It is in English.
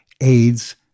AIDS